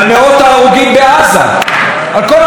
וכשהוא נשאל מה לגבי תהליך שלום,